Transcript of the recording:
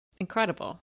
incredible